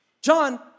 John